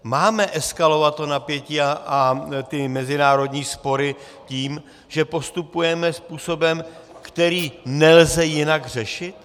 Máme eskalovat to napětí a mezinárodní spory tím, že postupujeme způsobem, který nelze jinak řešit?